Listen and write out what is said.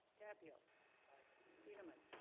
tapio tiedemann